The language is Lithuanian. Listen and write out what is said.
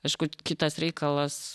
aišku kitas reikalas